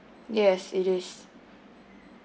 yes it is